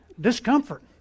discomfort